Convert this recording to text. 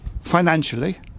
financially